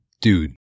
dude